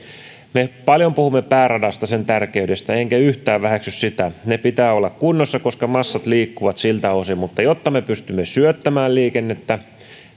me paljon puhumme pääradasta sen tärkeydestä enkä yhtään väheksy sitä niiden pitää olla kunnossa koska massat liikkuvat siltä osin mutta jotta me pystymme syöttämään liikennettä